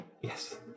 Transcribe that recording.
Yes